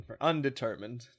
Undetermined